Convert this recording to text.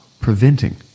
preventing